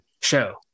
show